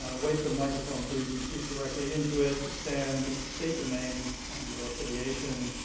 ah wait for the microphone, please, and speak directly into it. stand, state your name and your affiliation,